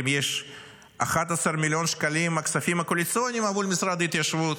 יש 11 מיליון שקלים מהכספים הקואליציוניים למשרד ההתיישבות